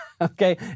Okay